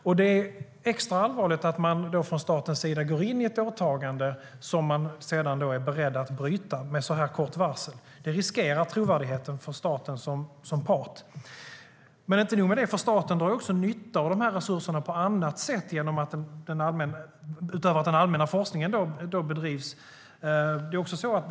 Då är det extra allvarligt att staten går in i ett åtagande som man sedan är beredd att bryta med så här kort varsel. Det riskerar statens trovärdighet som part. Men det är inte nog med det. Utöver att den allmänna forskningen bedrivs drar staten nytta av resurserna på annat sätt.